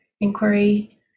inquiry